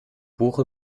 buche